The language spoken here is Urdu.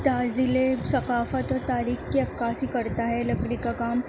تعظیمِ ثقافت اور تاریخ کی عکاسی کرتا ہے لکڑی کا کام